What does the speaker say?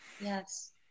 yes